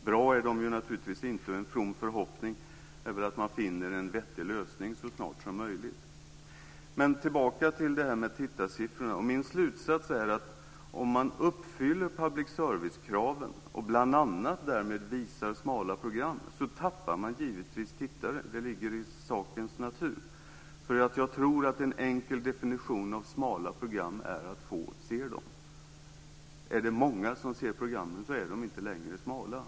Bra är de naturligtvis inte, och en from förhoppning är väl att man finner en vettig lösning så snart som möjligt. Men jag ska gå tillbaka till det här med tittarsiffrorna. Min slutsats är att man, om man uppfyller public service-kraven och bl.a. därmed visar smala program, givetvis tappar tittare. Det ligger i sakens natur. Jag tror att en enkel definition av smala program är att få ser dem. Är det många som ser programmen är de inte längre smala.